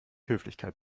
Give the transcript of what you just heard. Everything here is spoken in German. höflichkeit